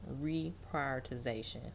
reprioritization